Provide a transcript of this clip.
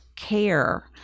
Care